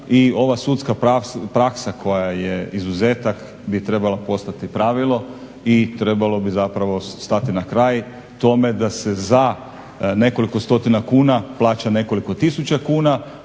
i ova sudska praksa koja je izuzetak bi trebala postati pravilo i trebalo bi zapravo stati na kraj tome da se za nekoliko stotina kuna plaća nekoliko tisuća kuna.